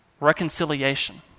reconciliation